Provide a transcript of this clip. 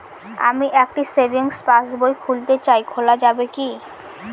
আমি একটি সেভিংস পাসবই খুলতে চাই খোলা যাবে কি?